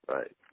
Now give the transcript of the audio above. Right